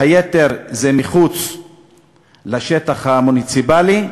היתר זה מחוץ לשטח המוניציפלי,